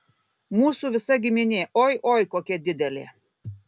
mūsų visa giminė oi oi kokia didelė